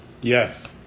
yes